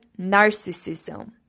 narcissism